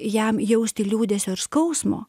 jam jausti liūdesio ir skausmo